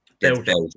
Belgium